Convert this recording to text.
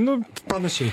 nu panašiai